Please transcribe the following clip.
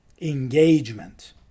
engagement